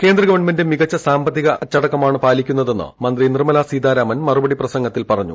കേന്ദ്രഗവൺമെന്റ് മികച്ച സാമ്പത്തിക അച്ചടക്കമാണ് പാലിക്കുന്നതെന്ന് മന്ത്രി നിർമ്മല സീതാരാമൻ മറുപടി പ്രസംഗത്തിൽ പറഞ്ഞു